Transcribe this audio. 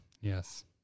Yes